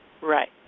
Right